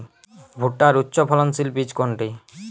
ভূট্টার উচ্চফলনশীল বীজ কোনটি?